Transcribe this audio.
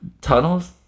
tunnels